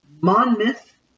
Monmouth